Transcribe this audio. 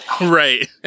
Right